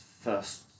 first